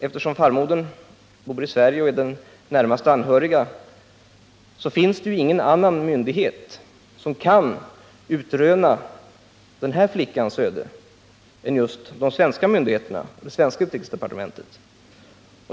Eftersom farmodern bor i Sverige och är den närmaste anhöriga finns det ingen annan myndighet som kan utröna den här flickans öde än just de svenska myndigheterna, det svenska utrikesdepartementet.